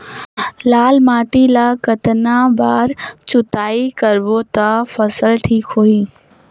लाल माटी ला कतना बार जुताई करबो ता फसल ठीक होती?